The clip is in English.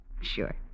Sure